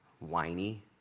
whiny